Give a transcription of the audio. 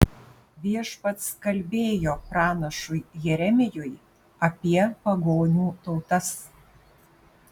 viešpats kalbėjo pranašui jeremijui apie pagonių tautas